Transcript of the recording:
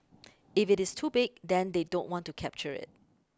if it is too big then they don't want to capture it